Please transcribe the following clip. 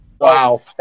Wow